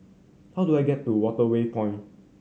how do I get to Waterway Point